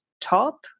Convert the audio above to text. top